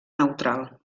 neutral